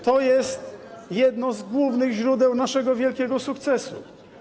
To jest jedno z głównych źródeł naszego wielkiego sukcesu.